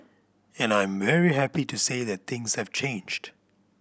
and I'm very happy to say that things have changed